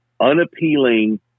unappealing